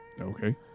Okay